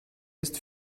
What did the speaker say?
ist